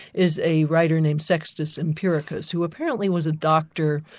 is a writer named sextus empiricus who apparently was a doctor,